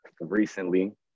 recently